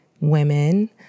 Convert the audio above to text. women